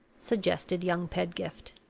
suggested young pedgift.